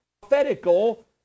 prophetical